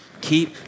Keep